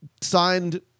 Signed